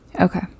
okay